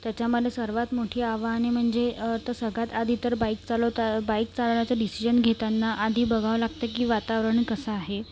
त्याच्यामध्ये सर्वात मोठी आव्हाने म्हणजे तर सगळ्यात आधी तर बाईक चालवता बाईक चालवण्याचे डिसिजन घेताना आधी बघावं लागतं की वातावरण कसं आहे